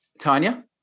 Tanya